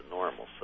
normal